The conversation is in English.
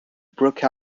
broke